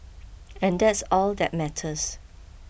and that's all that matters